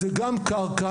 זה גם קרקע,